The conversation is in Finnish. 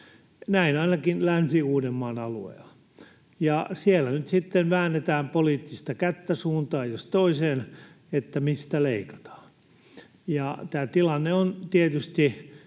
näin ainakin Länsi-Uudenmaan alueella, ja siellä nyt sitten väännetään poliittista kättä suuntaan jos toiseen, että mistä leikataan. Tämä tilanne on tietysti